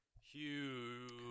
Huge